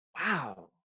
wow